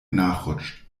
nachrutscht